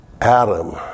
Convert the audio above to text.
Adam